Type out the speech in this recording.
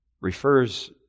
refers